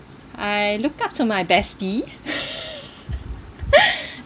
I look up to my bestie